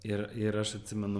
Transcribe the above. ir ir aš atsimenu